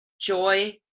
joy